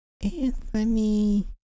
Anthony